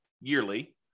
yearly